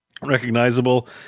recognizable